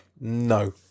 No